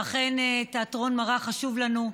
ואכן תיאטרון מראה חשוב לנו.